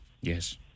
Yes